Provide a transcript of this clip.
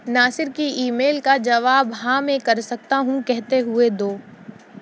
ناصر کی email کا جواب ہاں میں کر سکتا ہوں کہتے ہوئے دو